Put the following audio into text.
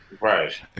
right